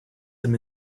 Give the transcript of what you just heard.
them